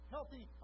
healthy